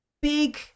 big